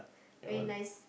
very nice